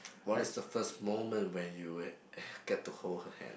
what is the first moment when you eh get to hold her hand